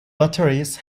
batteries